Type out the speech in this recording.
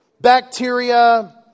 bacteria